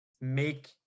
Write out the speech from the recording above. make